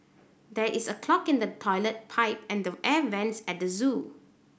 there is a clog in the toilet pipe and the air vents at the zoo